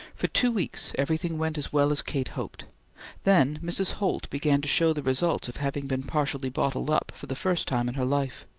for two weeks everything went as well as kate hoped then mrs. holt began to show the results of having been partially bottled up, for the first time in her life.